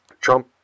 Trump